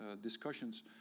discussions